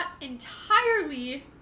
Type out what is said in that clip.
entirely